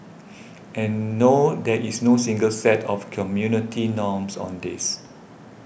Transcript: and no there is no single set of community norms on this